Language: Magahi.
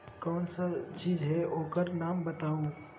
कौन सा चीज है ओकर नाम बताऊ?